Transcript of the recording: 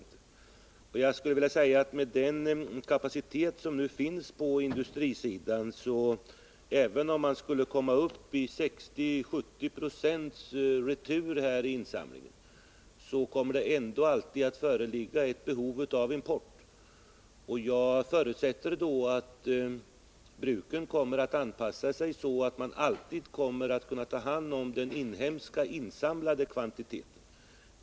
Även om man skulle komma upp till 60-70 Zo retur vid insamlingarna kommer det ändå alltid, med den kapacitet som nu finns på industrisidan, att föreligga ett behov av import. Jag förutsätter att bruken kommer att anpassa sin produktion så, att de alltid kan ta hand om den i landet insamlade kvantiteten.